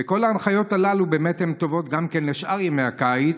וכל ההנחיות הללו באמת הן טובות גם כן לשאר ימי הקיץ,